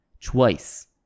twice